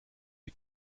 die